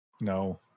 no